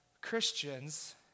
Christians